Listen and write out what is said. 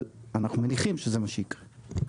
אבל אנחנו מניחים שזה מה שיקרה.